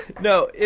No